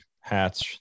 hats